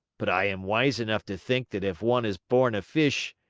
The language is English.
but i am wise enough to think that if one is born a fish,